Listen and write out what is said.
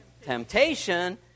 temptation